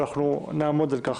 ואנחנו נעמוד על כך.